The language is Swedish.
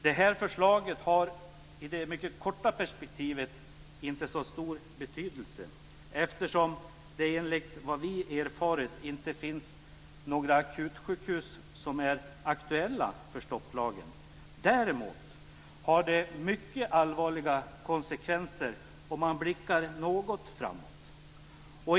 Det här förslaget har i det mycket korta perspektivet inte så stor betydelse eftersom det enligt vad vi erfarit inte finns några akutsjukhus som är aktuella för stopplagen. Däremot har det mycket allvarliga konsekvenser om man blickar något framåt.